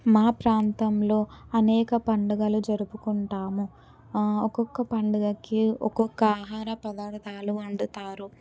మా ప్రాంతంలో అనేక పండగలు జరుపుకుంటాము ఒక్కొక్క పండగకి ఒక్కొక్క ఆహార పదార్థాలు వండుతారు